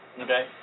Okay